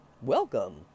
Welcome